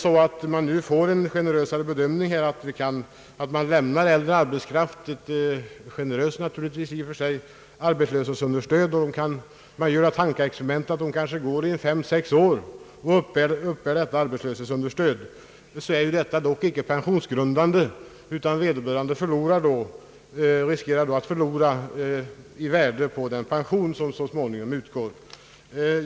Får man en generösare bedömning och lämnar äldre arbetskraft väl tilltaget arbetslöshetsunderstöd — man kan göra tankeexperimentei att en person uppbär arbetslöshetsunderstöd fem—sex år är detta understöd dock inte pensionsgrundande, utan vederbörande understödstagare riskerar att förlora en del av den pension som så småningom utgår.